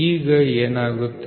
ಈಗ ಏನಾಗುತ್ತಿದೆ